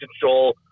control